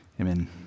Amen